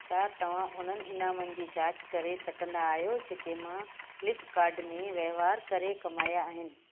छा तव्हां उन्हनि इनामनि जी जांच करे सघंदा आहियो जेके मां फ़्लिपकार्ट ते वहिंवारु करे कमाया आहिनि